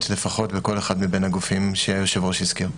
לפחות בכל אחד מהגופים שהיושב-ראש הזכיר.